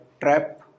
trap